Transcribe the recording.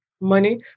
money